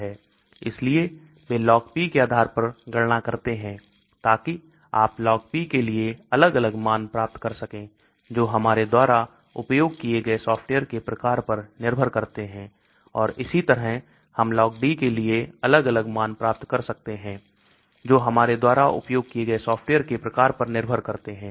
इसलिए वे LogP के आधार पर गणना करते हैं ताकि आप LogP के लिए अलग अलग मान प्राप्त कर सकें जो हमारे द्वारा उपयोग किए गए सॉफ्टवेयर के प्रकार पर निर्भर करते हैं और इसी तरह हम LogD के लिए अलग अलग मान प्राप्त कर सकते हैं जो हमारे द्वारा उपयोग किए गए सॉफ्टवेयर के प्रकार पर निर्भर करते हैं